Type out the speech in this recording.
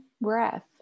breath